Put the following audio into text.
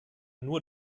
nur